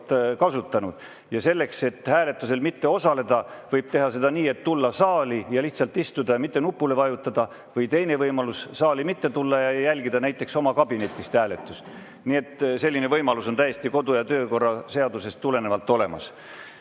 kasutanud. Ja selleks, et hääletusel mitte osaleda, võib teha seda nii, et tulla saali ja lihtsalt istuda ja mitte nupule vajutada. Teine võimalus on saali mitte tulla ja jälgida näiteks oma kabinetist hääletust. Selline võimalus on täiesti kodu- ja töökorra seadusest tulenevalt olemas. Head